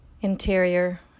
Interior